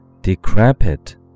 decrepit